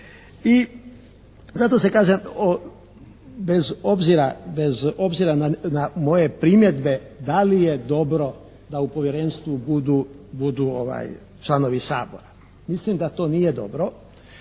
I zato se kažem bez obzira na moje primjedbe da li je dobro da u povjerenstvu budu članovi Sabora? Mislim da to nije dobro.